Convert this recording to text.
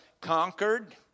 conquered